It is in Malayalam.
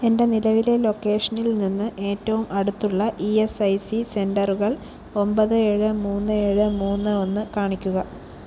എൻ്റെ നിലവിലെ ലൊക്കേഷനിൽ നിന്ന് ഏറ്റവും അടുത്തുള്ള ഇ സ് ഐ സി സെന്ററുകൾ ഒൻബത് ഏഴ് മൂന്ന് ഏഴ് മൂന്ന് ഒന്ന് കാണിക്കുക